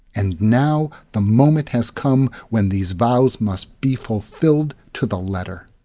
and now the moment has come when these vows must be fulfilled to the letter.